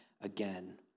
again